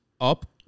up